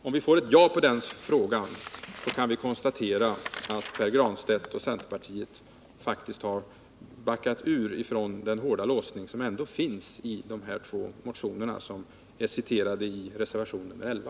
Om vi får ett ja på den frågan, så kan vi konstatera att Pär Granstedt och centerpartiet faktiskt har backat ur, gått ifrån den hårda lösning som ändå finns i de två motioner som är citerade i reservation nr 11.